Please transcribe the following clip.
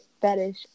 fetish